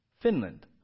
Finland